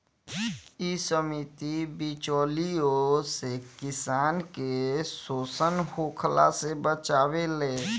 इ समिति बिचौलियों से किसान के शोषण होखला से बचावेले